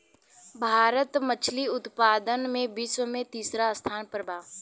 भारत मछली उतपादन में विश्व में तिसरा स्थान पर बा